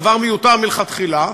דבר מיותר מלכתחילה,